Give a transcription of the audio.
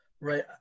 Right